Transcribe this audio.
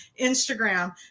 Instagram